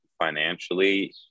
financially